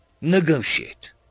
negotiate